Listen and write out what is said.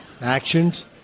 actions